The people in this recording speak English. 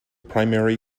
primary